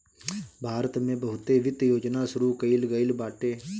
भारत में बहुते वित्त योजना शुरू कईल गईल बाटे